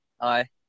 Hi